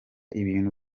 ibintu